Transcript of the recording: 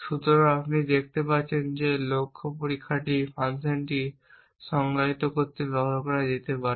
সুতরাং আপনি দেখতে পাচ্ছেন যে এটি লক্ষ্য পরীক্ষা ফাংশনটি সংজ্ঞায়িত করতে ব্যবহার করা যেতে পারে